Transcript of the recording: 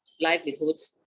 livelihoods